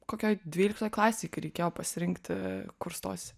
kokioj dvyliktoj klasėj kai reikėjo pasirinkti kur stosi